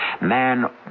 man